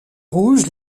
rouge